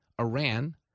Iran